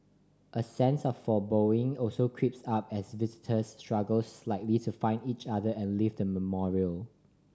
a sense of foreboding also creeps up as visitors struggle slightly to find each other and leave the memorial